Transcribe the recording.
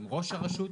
האם ראש הרשות?